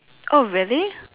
oh really